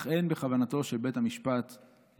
אך אין בכוונתו של בית המשפט ליישמם.